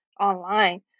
online